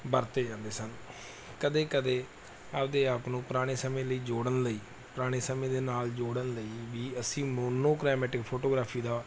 ਵਰਤੇ ਜਾਂਦੇ ਸਨ ਕਦੇ ਕਦੇ ਆਪਣੇ ਆਪ ਨੂੰ ਪੁਰਾਣੇ ਸਮੇਂ ਲਈ ਜੋੜਨ ਲਈ ਪੁਰਾਣੇ ਸਮੇਂ ਦੇ ਨਾਲ ਜੋੜਨ ਲਈ ਵੀ ਅਸੀਂ ਮੋਨੋਕ੍ਰੋਮੈਟਿਕ ਫੋਟੋਗ੍ਰਾਫੀ ਦਾ